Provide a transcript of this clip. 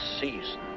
season